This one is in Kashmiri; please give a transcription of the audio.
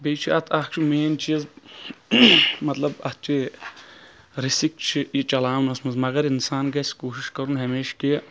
بیٚیہِ چھُ اَتھ اکھ مین چیٖز مطلب اَتھ چھِ رِسٕک چھِ یہِ چلاونَس منٛز مَگر اِنسان گژھِ کوٗشِش کرُن ہمیشہٕ کہِ